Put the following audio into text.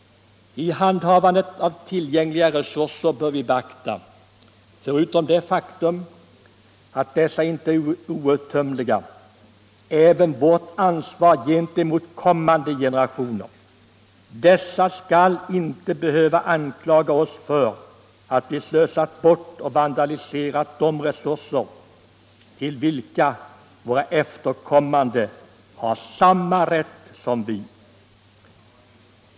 I handhavandet av tillgängliga resurser bör vi beakta — förutom det faktum att dessa inte är outtömliga — även vårt ansvar gentemot kommande generationer. Dessa skall inte behöva anklaga oss för att vi slösat bort och vandaliserat de resurser till vilka våra efterkommande har samma rätt som vi.